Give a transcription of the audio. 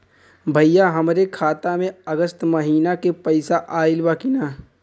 भईया हमरे खाता में अगस्त महीना क पैसा आईल बा की ना?